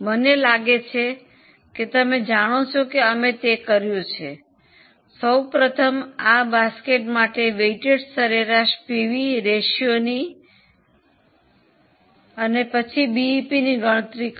મને લાગે છે કે તમે જાણો છો કે અમે તે કર્યું છે સૌ પ્રથમ આ બાસ્કેટ માટે વેઈટેડ સરેરાશ પીવી રેશિયોની અને પછી બીઈપીની ગણતરી કરો